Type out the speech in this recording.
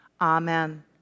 Amen